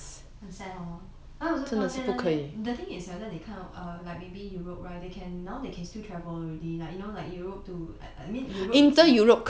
很 sad hor 还有你现在看到那些 the thing is either 你看到 err like maybe europe right they can now they can still travel already like you know like europe to I mean europe is